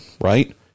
right